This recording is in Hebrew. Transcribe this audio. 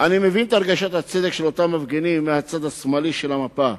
אני מבין את הרגשת הצדק של אותם מפגינים מהצד השמאלי של המפה,